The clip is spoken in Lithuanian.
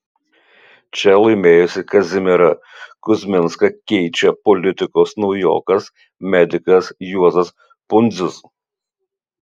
čia laimėjusį kazimierą kuzminską keičia politikos naujokas medikas juozas pundzius